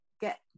get